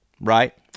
right